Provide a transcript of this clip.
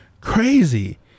crazy